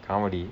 comedy